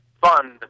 fund